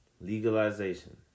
legalization